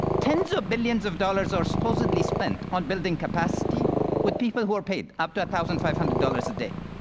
tens of billions of dollars are supposedly spent on building capacity with people who are paid up to one thousand five hundred dollars a day,